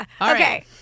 okay